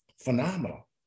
Phenomenal